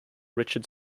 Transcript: richard